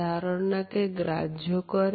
তার ধারণাকে গ্রাহ্য করে